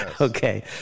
Okay